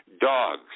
Dogs